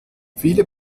viele